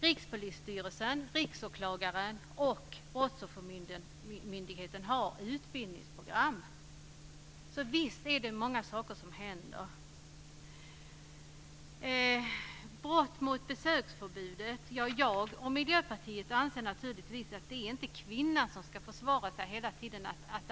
Rikspolisstyrelsen, Riksåklagaren och Brottsoffermyndigheten har utbildningsprogram. Så visst är det mycket som händer. När det gäller överträdelse av besöksförbudet anser jag och Miljöpartiet naturligtvis att det inte är kvinnan som ska försvara sig.